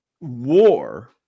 war